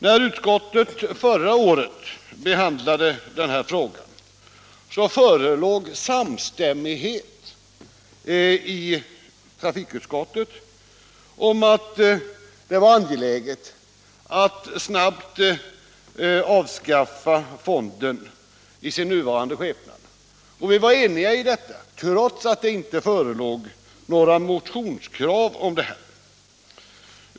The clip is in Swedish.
När utskottet förra året behandlade den här frågan förelåg samstämmighet om att det var angeläget att snabbt avskaffa fonden i dess nuvarande form. Utskottet var alltså enigt trots att det inte förelåg några motionskrav på ett avskaffande.